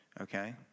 okay